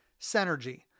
Synergy